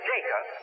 Jacob